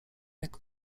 jak